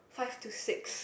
five to six